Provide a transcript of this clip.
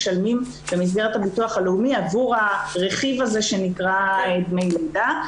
במסגרת הביטוח הלאומי עבור הרכיב הזה שנקרא דמי לידה.